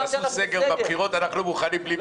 אם יעשו סגר בבחירות אנחנו מוכנים בלי מימון.